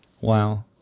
Wow